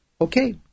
okay